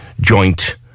joint